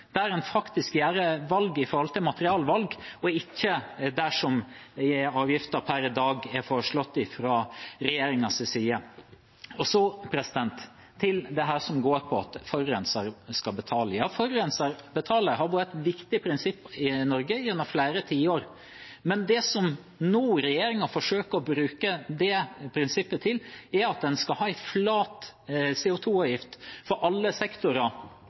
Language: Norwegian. der en faktisk tar et valg med tanke på materialvalg, og ikke der avgiften per i dag er foreslått fra regjeringens side. Så til det som går på at forurenser skal betale. At forurenser betaler, har vært et viktig prinsipp i Norge gjennom flere tiår. Men det som regjeringen nå forsøker å bruke det prinsippet til, er at en skal ha en flat CO 2 -avgift for alle sektorer,